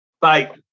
Bye